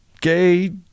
gay